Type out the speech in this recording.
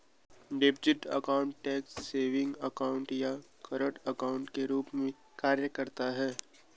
deposit account tax savings account या current account के रूप में कार्य करता है